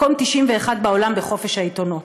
מקום 91 בעולם בחופש העיתונות.